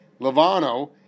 Lovano